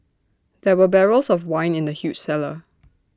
there were barrels of wine in the huge cellar